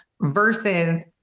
versus